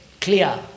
clear